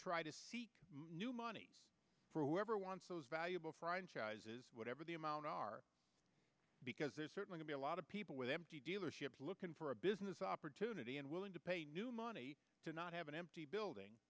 try to seek new money for whoever wants those valuable franchises whatever the amount are because there's certainly a lot of people with empty dealerships looking for a business opportunity and willing to pay new money to not have an empty building